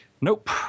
Nope